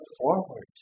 forward